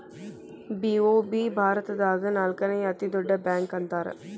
BOB ಭಾರತದಾಗ ನಾಲ್ಕನೇ ಅತೇ ದೊಡ್ಡ ಬ್ಯಾಂಕ ಅಂತಾರ